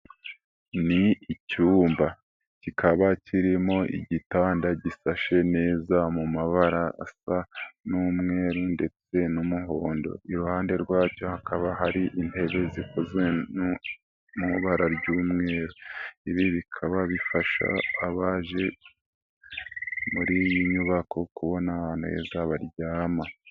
Ni icyumba kikaba kirimo igitanda gisashe neza mu mabara asa n'umweru ndetse n'umuhondo, iruhande rwacyo hakaba hari intebe zikozwe mu ibara ry'umweru. Ibi bikaba bifasha abaje muri iyi nyubako kubona ahantu heza baryama.